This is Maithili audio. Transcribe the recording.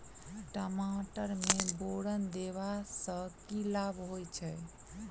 टमाटर मे बोरन देबा सँ की लाभ होइ छैय?